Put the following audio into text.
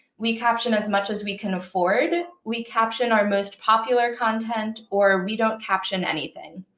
we caption as much as we can afford, we caption our most popular content, or we don't caption anything.